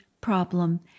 problem